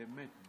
באמת,